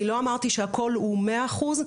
אני לא אמרתי שהכל הוא מאה אחוז,